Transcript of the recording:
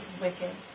wicked